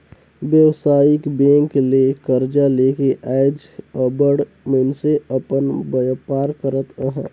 बेवसायिक बेंक ले करजा लेके आएज अब्बड़ मइनसे अपन बयपार करत अहें